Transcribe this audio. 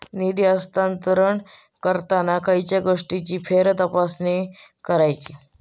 निधी हस्तांतरण करताना खयच्या गोष्टींची फेरतपासणी करायची?